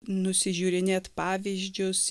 nusižiūrinėt pavyzdžius